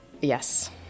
Yes